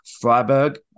Freiburg